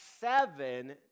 seven